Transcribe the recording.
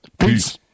peace